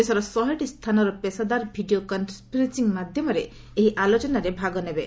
ଦେଶର ଶହେଟି ସ୍ଥାନର ପେଷାଦାର ଭିଡ଼ିଓ କନ୍ଫରେନ୍ଦିଂ ମାଧ୍ୟମରେ ଏହି ଆଲୋଚନାରେ ଭାଗ ନେବେ